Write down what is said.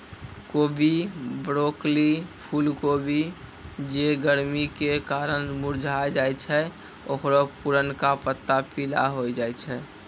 कोबी, ब्रोकली, फुलकोबी जे गरमी के कारण मुरझाय जाय छै ओकरो पुरनका पत्ता पीला होय जाय छै